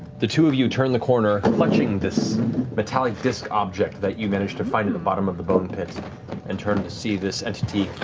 the two of you turn the corner, clutching this metallic disk object that you managed to find in the bottom of the bone pit and turn to see this entity